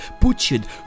butchered